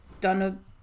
done